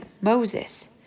Moses